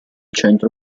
centro